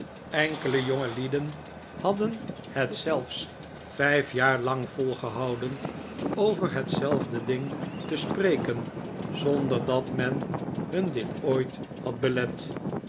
jongelieden hadden het zelfs vijf jaar lang volgehouden over hetzelfde ding te spreken t zonder dat men hun dit ooit had belet